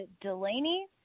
Delaney